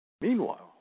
Meanwhile